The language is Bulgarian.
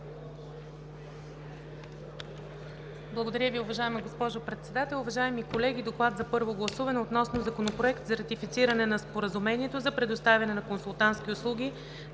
АЛЕКСАНДРОВА: Уважаема госпожо Председател, уважаеми колеги! „ДОКЛАД за първо гласуване относно Законопроект за ратифициране на Споразумението за предоставяне на консултантски услуги,